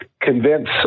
Convince